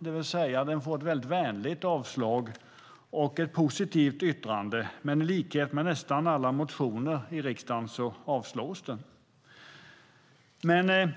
Det vill säga, den får ett väldigt vänligt avslag och ett positivt yttrande. Men i likhet med nästan alla motioner i riksdagen avslås den.